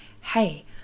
hey